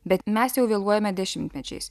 bet mes jau vėluojame dešimtmečiais